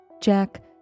Jack